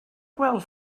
gweld